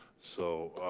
so,